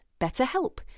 BetterHelp